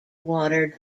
water